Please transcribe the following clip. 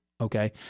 okay